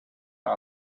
dot